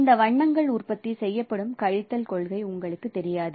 இந்த வண்ணங்கள் உற்பத்தி செய்யப்படும் கழித்தல் கொள்கை உங்களுக்குத் தெரியாது